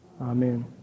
Amen